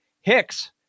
Hicks